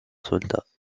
soldats